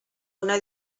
una